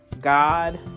God